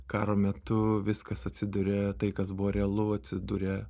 karo metu viskas atsiduria tai kas buvo realu atsiduria